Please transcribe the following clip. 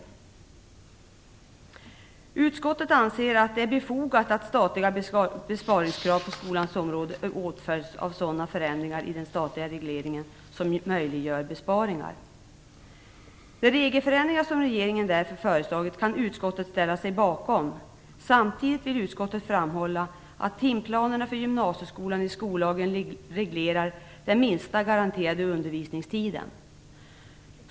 Utskottet anser att det är befogat att statliga besparingskrav på skolans område åtföljs av sådana förändringar i den statliga regleringen som möjliggör besparingar. De regelförändringar som regeringen därför föreslagit kan utskottet ställa sig bakom. Samtidigt vill utskottet framhålla att timplanerna för gymnasieskolan i skollagen reglerar den minsta garanterade undervisningstiden.